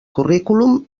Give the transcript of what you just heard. currículum